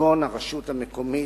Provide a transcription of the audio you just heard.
כגון הרשות המקומית,